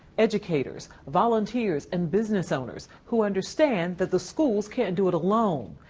educators, volunteers, and business owners who understand that the schools can't do it alone,